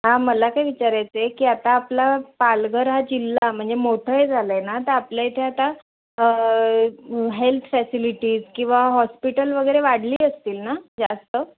हां मला काय विचारायचं आहे की आता आपला पालघर हा जिल्हा म्हणजे मोठं हे झालं आहे ना तर आपल्या इथे आता हेल्थ फॅसिलिटीज किंवा हॉस्पिटल वगैरे वाढली असतील ना जास्त